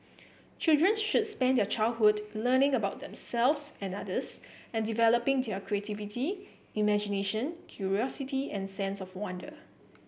children should spend their childhood learning about themselves and others and developing their creativity imagination curiosity and sense of wonder